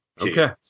Okay